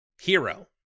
Hero